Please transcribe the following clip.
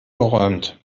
geräumt